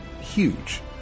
huge